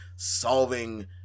Solving